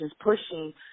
pushing